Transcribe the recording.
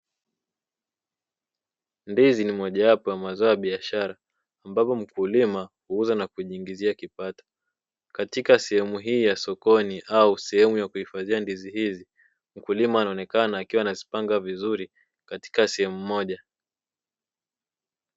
Ndizi ni moja wapo ya mazao ya biashara, ambapo mkulima huuza na kujiingizia kipato, katika sehemu hii ya sokoni au ya kuhifadhia ndizi hizi, mkulima anaonekana akiwa anazipanga vizuri katika sehemu moja.